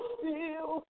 feel